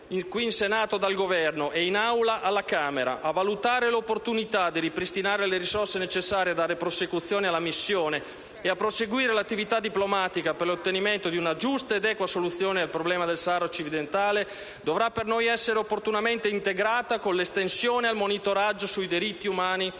qui in Senato e in Aula alla Camera a valutare l'opportunità di ripristinare le risorse necessarie a dare prosecuzione alla missione e a proseguire l'attività diplomatica per l'ottenimento di una giusta ed equa soluzione al problema del Sahara Occidentale dovrà per noi essere opportunamente integrata con l'estensione al monitoraggio sui diritti umani da parte